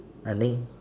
I think